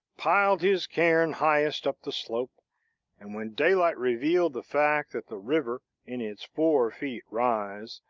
piled his cairn highest up the slope and when daylight revealed the fact that the river, in its four-feet rise,